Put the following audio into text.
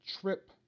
trip